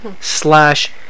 slash